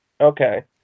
okay